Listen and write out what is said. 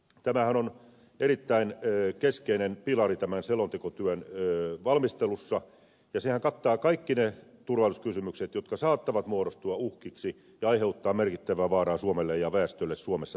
tämähän on erittäin keskeinen pilari tämän selontekotyön valmistelussa ja sehän kattaa kaikki ne turvallisuuskysymykset jotka saattavat muodostua uhkiksi ja aiheuttaa merkittävää vaaraa suomelle ja väestölle suomessa tai maailmalla